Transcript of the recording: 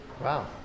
Wow